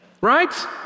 Right